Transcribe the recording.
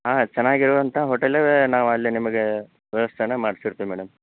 ಹಾಂ ಚೆನ್ನಾಗಿರುವಂಥ ಹೋಟೆಲ್ಲೇ ನಾವು ಅಲ್ಲಿ ನಿಮಗೆ ವ್ಯವಸ್ಥೆನ ಮಾಡ್ಸಿರ್ತೀವಿ ಮೇಡಮ್